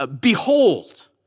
behold